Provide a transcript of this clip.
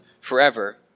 forever